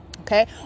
okay